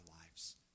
lives